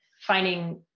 finding